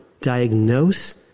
diagnose